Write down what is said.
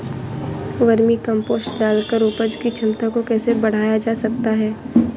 Vermi compost डालकर उपज की क्षमता को कैसे बढ़ाया जा सकता है?